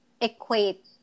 equate